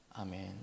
Amen